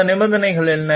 அந்த நிபந்தனைகள் என்ன